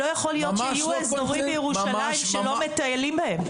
אבל לא יכול להיות שיהיו אזורים בירושלים שלא מאפשרים לטייל בהם.